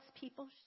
people